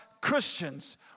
Christians